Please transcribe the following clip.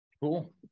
Cool